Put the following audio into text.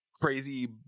crazy